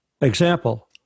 Example